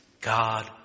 God